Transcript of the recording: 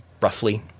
roughly